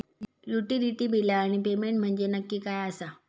Utility बिला आणि payment म्हंजे नक्की काय आसा?